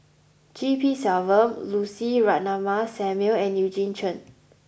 G P Selvam Lucy Ratnammah Samuel and Eugene Chen